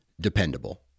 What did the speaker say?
dependable